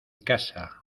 casa